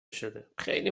شده، خیلی